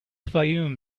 fayoum